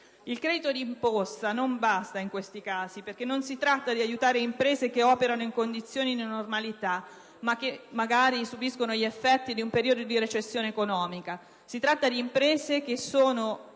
Il credito di imposta non basta in questi casi, perché non si tratta di aiutare imprese operanti in condizioni di normalità ma che, magari, subiscono gli effetti di un periodo di recessione economica. Si tratta di imprese